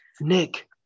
Nick